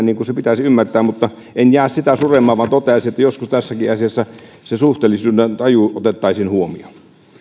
niin kuin se minun mielestäni pitäisi ymmärtää mutta en jää sitä suremaan vaan toivoisin että joskus tässäkin asiassa se suhteellisuudentaju otettaisiin huomioon